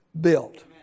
built